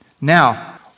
Now